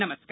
नमस्कार